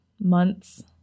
months